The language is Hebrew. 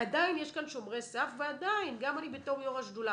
עדיין יש כאן שומרי סף ועדיין גם אני בתור יו"ר השדולה